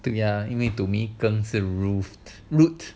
对呀因为 to me 羹是 roof root